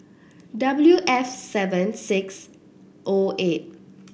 W F seven six O eight